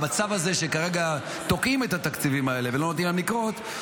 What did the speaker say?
המצב הזה שכרגע תוקעים את התקציבים האלה ולא נותנים להם לקרות,